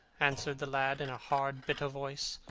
answered the lad, in a hard bitter voice.